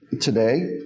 today